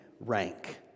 rank